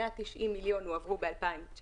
190 מיליון הועברו ב-2019